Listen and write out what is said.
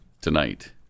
tonight